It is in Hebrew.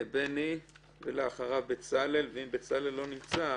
בני, ולאחריו בצלאל, ואם בצלאל לא נמצא